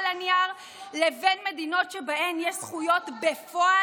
הנייר לבין מדינות שבהן יש זכויות בפועל,